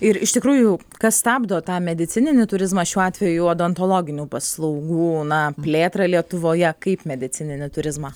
ir iš tikrųjų kas stabdo tą medicininį turizmą šiuo atveju odontologinių paslaugų na plėtrą lietuvoje kaip medicininį turizmą